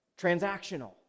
transactional